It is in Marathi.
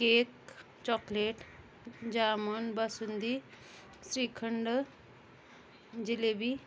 cake chocolate jamun basundi shrikhand jalebi